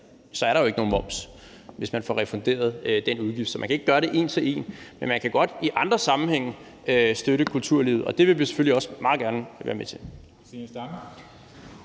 så er der jo ikke nogen moms, altså hvis man får refunderet den udgift. Så man kan ikke gøre det en til en, men man kan godt i andre sammenhænge støtte kulturlivet, og det vil vi selvfølgelig også meget gerne være med til.